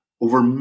over